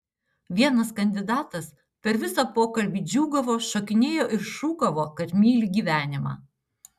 vienas kandidatas per visą pokalbį džiūgavo šokinėjo ir šūkavo kad myli gyvenimą